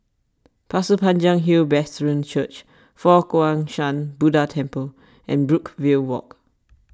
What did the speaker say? Pasir Panjang Hill Brethren Church Fo Guang Shan Buddha Temple and Brookvale Walk